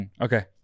Okay